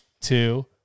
two